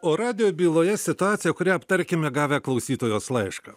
o radijo byloje situacija kurią aptarkime gavę klausytojos laišką